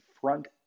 front